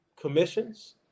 commissions